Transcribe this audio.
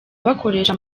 bakoresha